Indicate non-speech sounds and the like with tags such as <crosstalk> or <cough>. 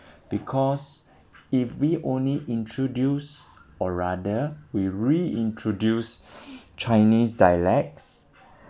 because if we only introduce or rather we re-introduce <breath> chinese dialects